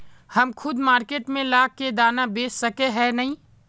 हम खुद मार्केट में ला के दाना बेच सके है नय?